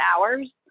hours